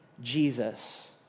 Jesus